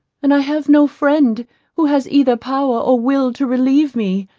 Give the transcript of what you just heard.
and i have no friend who has either power or will to relieve me.